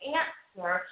answer